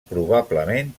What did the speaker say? probablement